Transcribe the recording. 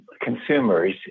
consumers